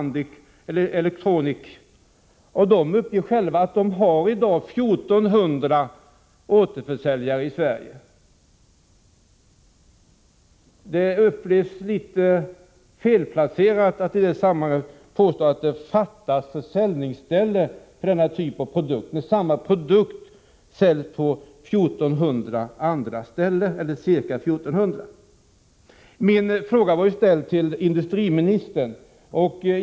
Detta företag uppger att man i dag har 1 400 återförsäljare i Sverige. Det verkar litet malplacerat att i detta sammanhang påstå att det fattas försäljningsställen för denna typ av produkt, när samma produkt säljs på ca 1 400 andra ställen. Min fråga var ställd till industriministern.